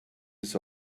his